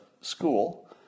school